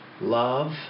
love